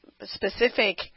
specific